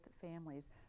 families